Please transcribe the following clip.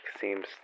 seems